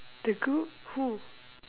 the group who